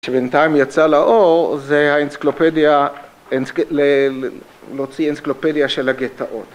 שבינתיים יצא לאור זה האינציקלופדיה, להוציא אינציקלופדיה של הגטאות.